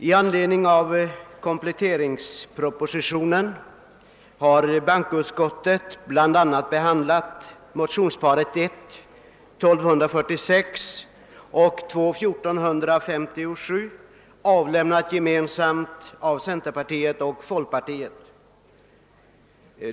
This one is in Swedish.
I anledning av kompletteringspropositionen har bankoutskottet bl a. behandlat motionsparet I: 1246 och II: 1457, avlämnat gemensamt av centerpartiet och folkpartiet.